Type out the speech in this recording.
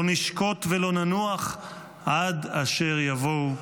לא נשקוט וללא ננוח עד אשר יבואו".